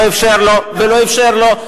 לא אפשר לו,